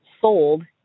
sold